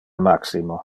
maximo